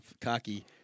cocky